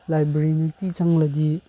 library ꯅꯨꯡꯇꯤ ꯆꯪꯂꯗꯤ